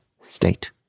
state